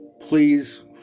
Please